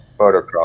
motocross